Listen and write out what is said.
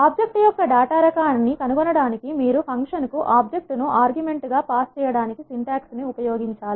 object యొక్క data రకాన్ని కనుగొనడానికి మీరు ఫంక్షన్ కు ఆబ్జెక్ట్ ను ఆర్గ్యుమెం ట్ గా పాస్ చేయడానికి సింటాక్స్ ఉపయోగించాలి